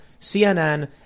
CNN